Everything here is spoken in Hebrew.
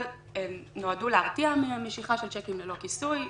אבל הן נועדו להרתיע מין המשיכה של צ'קים ללא כיסוי,